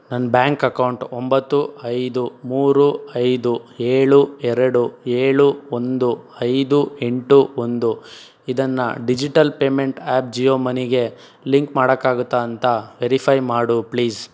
ನನ್ನ bank account ಒಂಬತ್ತು ಐದು ಮೂರು ಐದು ಏಳು ಎರಡು ಏಳು ಒಂದು ಐದು ಎಂಟು ಒಂದು ಇದನ್ನು ಡಿಜಿಟಲ್ ಪೇಮೆಂಟ್ ಆ್ಯಪ್ ಜಿಯೋ ಮನಿಗೆ ಲಿಂಕ್ ಮಾಡೋಕ್ಕಾಗುತ್ತ ಅಂತ ವೆರಿಫೈ ಮಾಡು ಪ್ಲೀಸ್